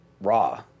raw